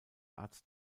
arzt